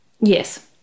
Yes